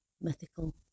mythical